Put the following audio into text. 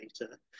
later